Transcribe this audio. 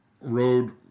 road